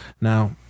Now